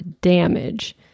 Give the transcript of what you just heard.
damage